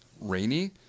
rainy